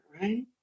right